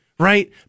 right